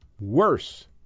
Worse